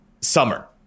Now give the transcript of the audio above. summer